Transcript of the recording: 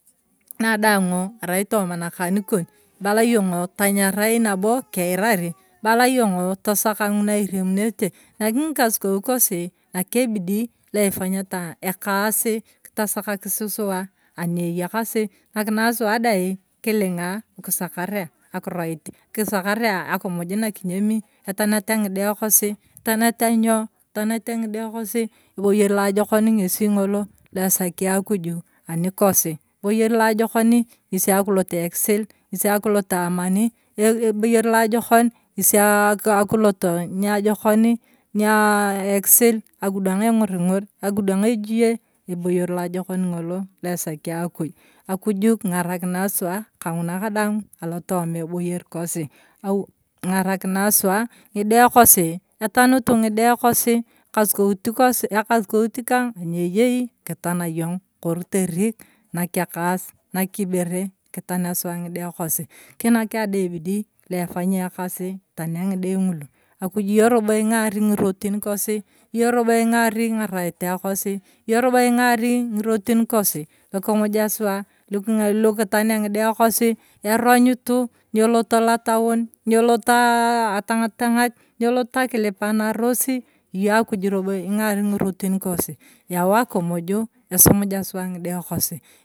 Ng’una daang’u arai tooma ng’akan kon, ibala uong’o tanyarai nabo keirari, ibala yong’o tasaka ng’una iremunete naki ng’ikasukou kosi, naki ebidii io ipanyete ekasi, kota sakakis suwa anieyakasi, king’arakinai suwa dai ng’ikiling’a lukisakaria akiroit, nakisakaria akimuj na kinyami, etaniata ng’ide kosi etaniata ny’o, etaniata ng’ide kosi, eboyer laajikoni ngesi ngloto laesaki akuju anikosi, eboyer bojokoni ng’esi akilot ekisil, ng’esi akilot amani, eboyer laajokon, ngesi aa akiloto niajokoni, niaekisil, akidwang eng’uring’or, ekudwang ejie eboyer loajokon loesaki akuj, akuju keng’arakinae suwa kang’ina kadaang alotooma eboyer kosi, king’arakinae suwa, ng’ide kosi, itanoto ng’ide kosi ekasukout kosi, ekasukout kong anieyei kitana yon gori terik, nak ekas naki ibere nikitania suwa ng’ide kosi kinaki dai ebiti luefanya ekaasi etania ng’ide ng’utu, akuju ing’orobo ing’ari ng’irotin ng’olo, akuj yong’o robo ing’ari ng’irotin kosi, iyong robo ing’ari ng’araeta kosi, iyong’o ing’ari ngirotin kosi lukimuja suwa, lukitania ng’ide kosi, erongoto, nyieloto lotion, ny’oloto aa atang’atang’at, yoeloto akilipanorosi iyong’o akuj ing’ari ng’rotin kosi, yau akumuju esumuja suwa ng’ide kosi.